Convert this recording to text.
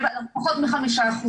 פחות מ-5%.